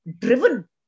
driven